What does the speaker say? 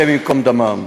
השם ייקום דמם,